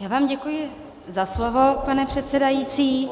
Já vám děkuji za slovo, pane předsedající,